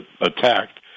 attacked